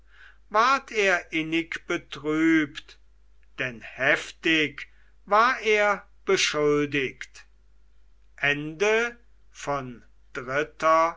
ward er innig betrübt denn heftig war er beschuldigt